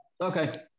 Okay